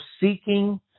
seeking